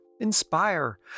Inspire